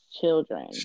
children